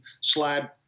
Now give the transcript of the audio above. slide